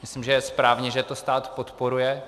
Myslím, že je správně, že to stát podporuje.